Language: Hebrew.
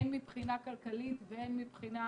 הן מבחינה כלכלית והן מבחינה